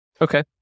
Okay